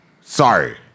sorry